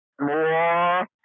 more